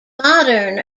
modern